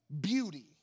beauty